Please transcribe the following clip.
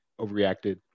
overreacted